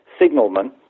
Signalman